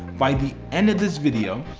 by the end of this video,